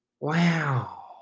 Wow